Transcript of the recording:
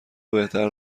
بهتر